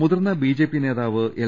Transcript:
മുതിർന്ന ബിജെപി നേതാവ് എൽ